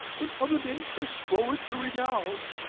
when other men press forward for renown?